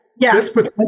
yes